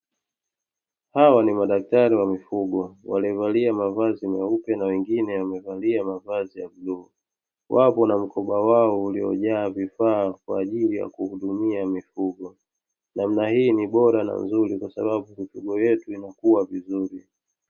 Hawa ni madaktari wa mifugo waliovalia mavazi meupe na wengine wamevalia mavazi ya bluu, wapo na mkoba wao uliojaa vifaa kwa ajili ya kuhudumia mifugo, namna hii ni bora na nzuri kwa sababu mifugo yetu inakuwa vizuri.